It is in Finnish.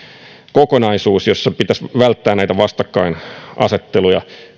kokonaisuus jossa pitäisi välttää vastakkainasetteluja